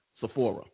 Sephora